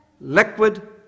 liquid